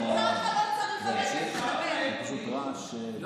נקז שתן.